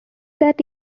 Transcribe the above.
that